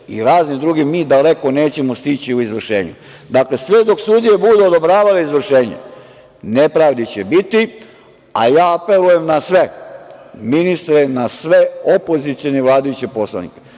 i raznim drugim, mi daleko nećemo stići u izvršenju. Dakle, sve dok sudije budu odobravale izvršenje nepravdi će biti, a ja apelujem na sve ministre, na sve opozicione i vladajuće poslanike,